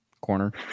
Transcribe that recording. corner